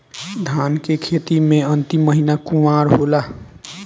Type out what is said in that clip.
धान के खेती मे अन्तिम महीना कुवार होला?